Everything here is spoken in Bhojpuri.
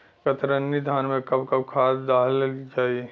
कतरनी धान में कब कब खाद दहल जाई?